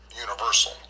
universal